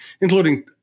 including